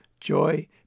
joy